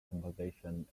composition